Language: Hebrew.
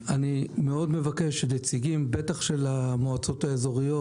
אני מאוד מבקש שנציגים בטח של המועצות האזוריות,